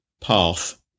path